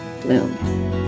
bloom